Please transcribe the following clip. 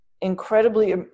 incredibly